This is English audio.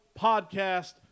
Podcast